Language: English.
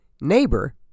neighbor